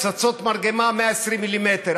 פצצות מרגמה 120 מ"מ.